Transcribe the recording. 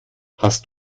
hast